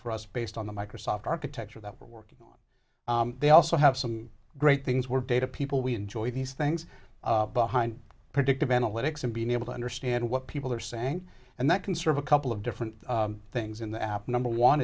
for us based on the microsoft architecture that we're working they also have some great things we're data people we enjoy these things behind predictive analytics and being able to understand what people are saying and that can serve a couple of different things in the app number one